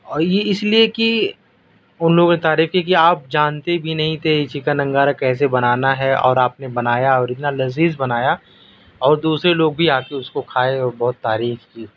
اور یہ اس لیے کہ ان لوگوں نے تعریف کی کہ آپ جانتے بھی نہیں تھے چکن انگارہ کیسے بنانا ہے اور آپ نے بنایا اور اتنا لذیذ بنایا اور دوسرے لوگ بھی آ کے اس کو کھائے اور بہت تعریف کی